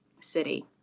city